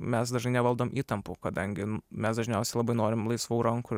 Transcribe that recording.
mes dažnai nevaldom įtampų kadangi mes dažniausiai labai norim laisvų rankų ir